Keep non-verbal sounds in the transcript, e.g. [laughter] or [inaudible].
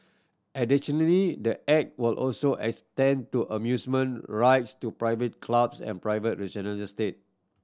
additionally the Act will also extend to amusement rides to private clubs and private [unintelligible] estate